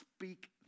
speak